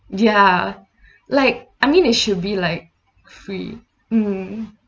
ya like I mean it should be like free mm